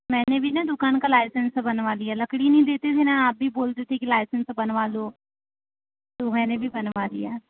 मैंने भी ना दुकान का लाइसेंस बनवा लिया लकड़ी नहीं देते थे ना आप भी बोलते थे कि लाइसेंस बनवा लो तो मैंने भी बनवा लिया